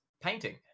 painting